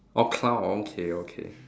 orh clown okay okay